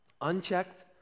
unchecked